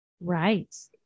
Right